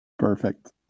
Perfect